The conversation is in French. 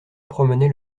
promenaient